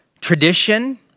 tradition